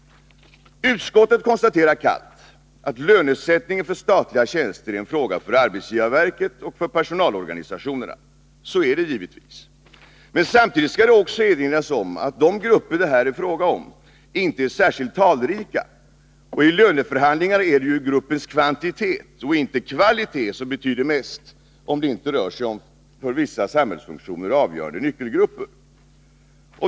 Utskottet konstaterar kallt att lönesättningen för statliga tjänster är en fråga för arbetsgivarverket och personalorganisationerna. Så är det givetvis. Men samtidigt skall det också erinras om att de grupper det här är fråga om inte är särskilt talrika. I löneförhandlingar är det ju gruppens kvantitet, inte kvalitet, som betyder mest — om det inte rör sig om för vissa samhällsfunktioner avgörande nyckelgrupper.